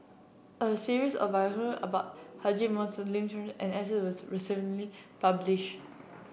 a series of biographies about Haji Ambo Lim Chor and S was recently published